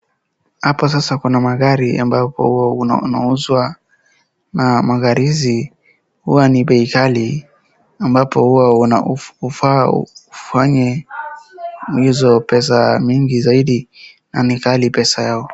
Hapo sasa kuna magari ambapo unauzwa. Na magari hizi huwa ni bei kali ambapo huwa unaufao ufanye na hizo pesa mingi zaidi na ni kali pesa yao.